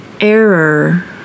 Error